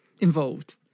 involved